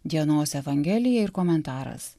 dienos evangelija ir komentaras